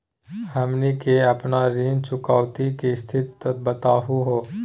हमनी के अपन ऋण चुकौती के स्थिति बताहु हो?